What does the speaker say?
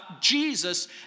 Jesus